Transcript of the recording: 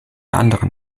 anderen